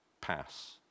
pass